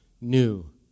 new